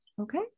Okay